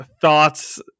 thoughts